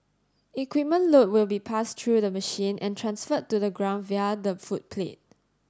equipment load will be passed through the machine and transferred to the ground via the footplate